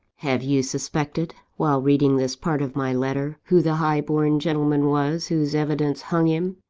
have you suspected, while reading this part of my letter, who the high-born gentleman was whose evidence hung him?